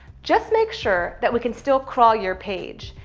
just make sure that we can still crawl your page.